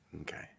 Okay